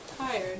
Tired